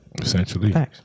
Essentially